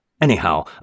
Anyhow